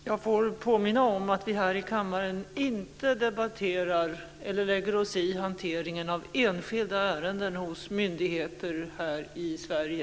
Jag får påminna om att vi här i kammaren inte debatterar eller lägger oss i hanteringen av enskilda ärenden hos myndigheter här i Sverige.